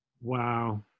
Wow